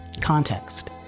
context